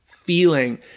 feeling